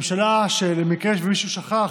ממשלה שבמקרה שמישהו שכח,